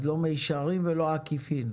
לא במישרין ולא בעקיפין.